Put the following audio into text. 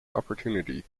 opportunity